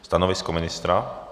Stanovisko ministra.